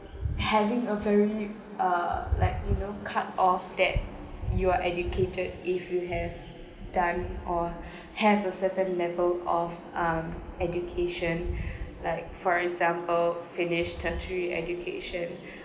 having a very uh like you know cut off that you are educated if you have done or have a certain level of um education like for example finished tertiary education